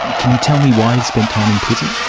can you tell me why you spent time in prison?